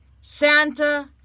Santa